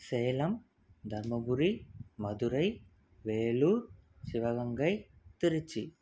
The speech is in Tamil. சேலம் தர்மபுரி மதுரை வேலூர் சிவகங்கை திருச்சி